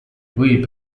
võib